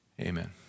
Amen